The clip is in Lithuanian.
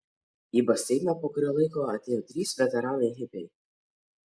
į baseiną po kurio laiko atėjo trys veteranai hipiai